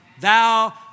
Thou